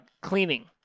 cleaning